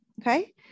okay